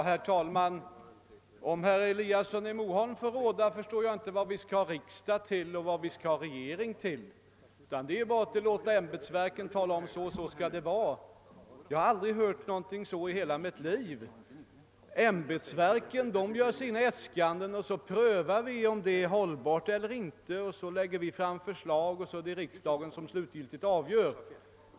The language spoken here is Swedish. Herr talman! Om herr Eliasson i Moholm fick råda förstår jag inte vad vi skulle ha regering och riksdag till. I så fall var det bara att låta ämbetsverken tala om, att så och så skall det vara. Jag har aldrig hört någonting liknande i hela mitt liv! Ämbetsverken gör sina äskanden, och så prövar vi om dessa är hållbara eller inte. Vi lägger därefter fram förslag, och sedan får riksdagen slutgiltigt fatta beslut.